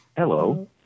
Hello